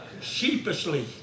Sheepishly